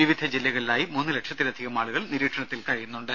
വിവിധ ജില്ലകളിലായി മൂന്നുലക്ഷത്തിലധികം ആളുകൾ നിരീക്ഷണത്തിൽ കഴിയുന്നുണ്ട്